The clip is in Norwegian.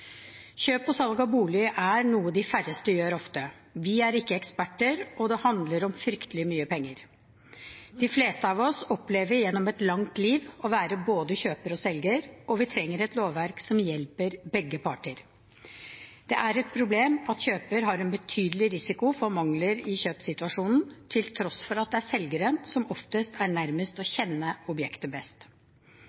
Kjøp og salg av bolig er noe de færreste gjør ofte. Vi er ikke eksperter, og det handler om fryktelig mye penger. De fleste av oss opplever gjennom et langt liv å være både kjøper og selger, og vi trenger et lovverk som hjelper begge parter. Det er et problem at kjøperen bærer en betydelig risiko for mangler i kjøpssituasjonen – til tross for at det er selgeren som oftest er nærmest til å